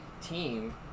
team